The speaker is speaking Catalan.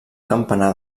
campanar